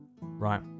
right